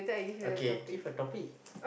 okay give a topic